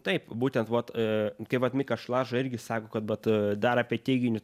taip būtent vat kaip vat mikas šlaža irgi sako kad vat dar apie teiginį